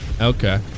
Okay